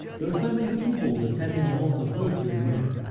there are so many evils attending the loss of virtue in women,